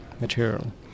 material